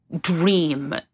dream